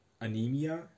anemia